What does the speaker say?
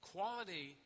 Quality